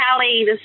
Callie